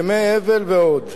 ימי אבל ועוד.